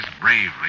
bravely